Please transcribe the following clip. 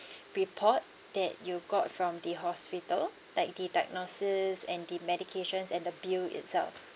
report that you got from the hospital like the diagnosis and the medications and the bill itself